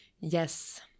Yes